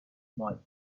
might